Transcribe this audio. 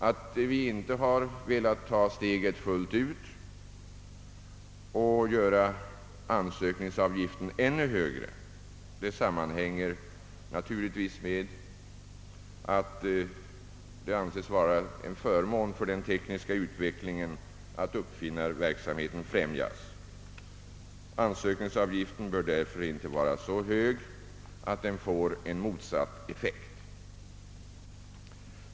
Att vi inte har velat ta steget fullt ut och göra ansökningsavgiften ännu högre sammanhänger naturligtvis med att det anses vara en förmån för den tekniska utvecklingen att uppfinnarverksamheten främjas. Ansökningsavgiften bör därför inte vara så hög att den får en motsatt effekt.